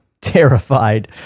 terrified